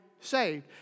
saved